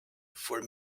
for